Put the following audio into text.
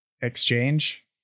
exchange